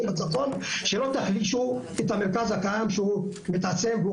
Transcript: שלא תחלישו את המרכז כאן שהוא מתעצם והוא